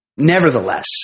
Nevertheless